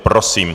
Prosím.